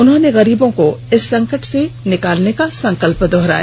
उन्होंने गरीबों को इस संकट से निकालने का संकल्प दोहराया